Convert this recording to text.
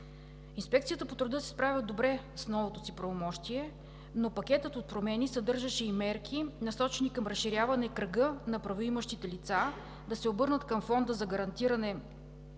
Инспекцията по труда се справя добре с новото си правомощие, но пакетът от промени съдържаше и мерки, насочени към разширяване на кръга на правоимащите лица да се обърнат към Фонда за гарантирани